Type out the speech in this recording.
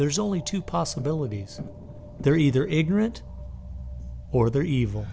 there's only two possibilities they're either ignorant or they're evil